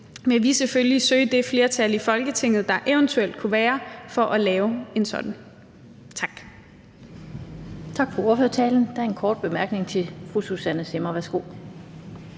vil vi selvfølgelig søge det flertal i Folketinget, der eventuelt kunne være for at lave en sådan. Tak.